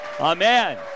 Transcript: Amen